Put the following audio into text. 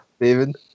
David